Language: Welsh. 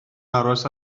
aros